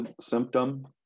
symptom